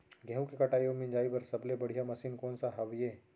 गेहूँ के कटाई अऊ मिंजाई बर सबले बढ़िया मशीन कोन सा हवये?